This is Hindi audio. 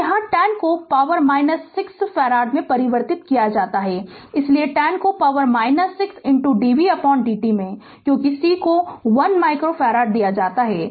तो यहाँ 10 को पावर 6 को फैराड में परिवर्तित किया जाता है इसलिए 10 को पावर 6 dvdt में क्योंकि c को 1 माइक्रो फैराड दिया जाता है